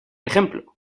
ejemplo